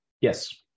Yes